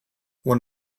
one